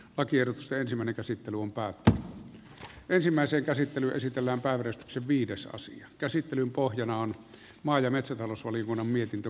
aker seitsemänä käsitteluun päätti ensimmäisen käsittelyn esitellään päävärit viidesosa käsittelyn pohjana on maa ja metsätalousvaliokunnan mietintö